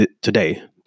today